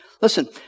Listen